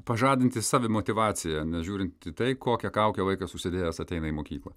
pažadinti savimotyvaciją nežiūrint į tai kokią kaukę vaikas užsidėjęs ateina į mokyklą